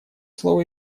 слово